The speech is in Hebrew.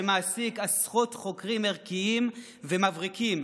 שמעסיק עשרות חוקרים ערכיים ומבריקים,